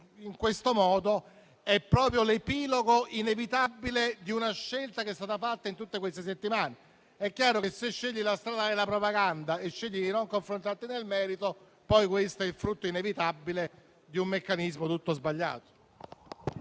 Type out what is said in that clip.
però, che è proprio l'epilogo inevitabile di una scelta che è stata fatta in tutte queste settimane. È chiaro che se si sceglie la strada della propaganda e di non confrontarsi nel merito, questo è il frutto inevitabile di un meccanismo tutto sbagliato.